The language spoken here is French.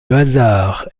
hasard